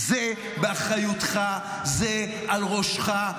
זה באחריותך, זה על ראשך.